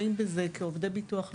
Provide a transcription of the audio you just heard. כעובדי ביטוח לאומי,